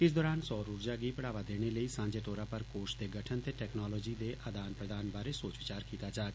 इस दरान सौर ऊर्जा गी बढ़ावा देने लेई सांझे तौर पर कोष दे गठन ते टेक्नालोजी दे आदान प्रदान बारै सोच विचार कीत्ता जाग